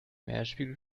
meeresspiegel